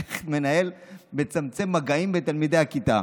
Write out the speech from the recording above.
איך מנהל מצמצם מגעים בין תלמידי הכיתה,